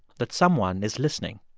that someone is listening,